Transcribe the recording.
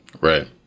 Right